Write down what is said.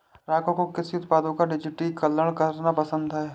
राघव को कृषि उत्पादों का डिजिटलीकरण करना पसंद है